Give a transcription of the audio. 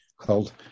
called